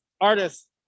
artists